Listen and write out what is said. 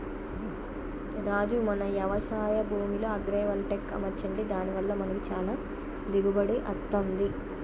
రాజు మన యవశాయ భూమిలో అగ్రైవల్టెక్ అమర్చండి దాని వల్ల మనకి చానా దిగుబడి అత్తంది